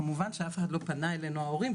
כמובן שאף אחד לא פנה אלינו מההורים,